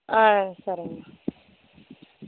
ஆ சரிங்க